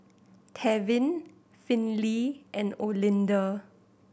Tevin Finley and Olinda